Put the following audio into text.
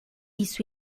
isso